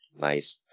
Nice